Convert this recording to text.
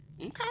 Okay